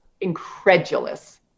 incredulous